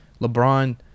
LeBron –